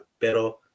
pero